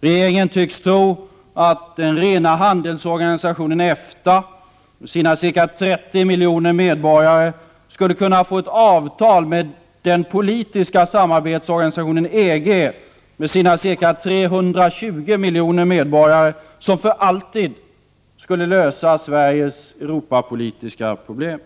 Regeringen tycks tro att den rena handelsorganisationen EFTA med sina ca 30 miljoner medborgare skulle kunna få ett avtal med den politiska samarbetsorganisationen EG med sina ca 320 miljoner medborgare som för alltid skulle lösa Sveriges europapolitiska problem.